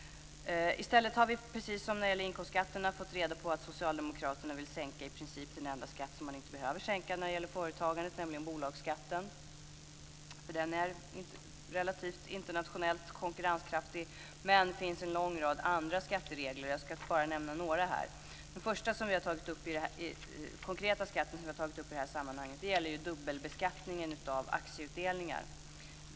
I stället har vi, precis som i fråga om inkomstskatterna, fått reda på att socialdemokraterna vill sänka i princip den enda skatt som man inte behöver sänka när det gäller företagandet, nämligen bolagsskatten. Den är nämligen internationellt relativt konkurrenskraftig. Men det finns en lång rad andra skatteregler. Jag ska bara nämna några här. Den första konkreta skatt som vi har tagit upp i detta sammanhang gäller dubbelbeskattningen av aktieutdelningar.